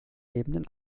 lebenden